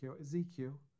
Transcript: Ezekiel